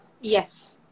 yes